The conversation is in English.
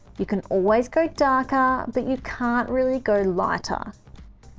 you can always go darker, but you can't really go lighter.